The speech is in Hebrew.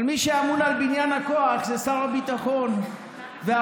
אבל מי שאמון על בניין הכוח זה שר הביטחון והרמטכ"ל.